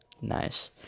Nice